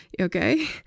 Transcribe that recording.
Okay